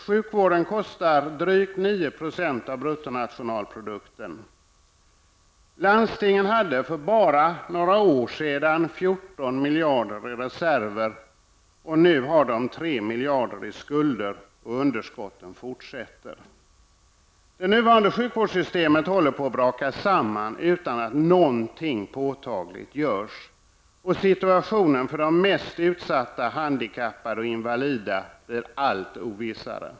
Sjukvården kostar drygt 9 % av bruttonationalprodukten. Landstingen hade för bara några år sedan 14 miljarder i reserver. Nu har de 3 miljarder i skulder, och underskotten fortsätter. Det nuvarande sjukvårdssystemet håller på att braka samman utan att något påtagligt görs. Situationen för de mest utsatta handikappade och invalida blir allt ovissare.